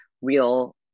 real